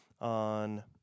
on